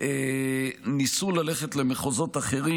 ניסו ללכת למחוזות אחרים.